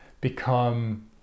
become